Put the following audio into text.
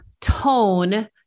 tone